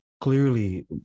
clearly